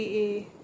okay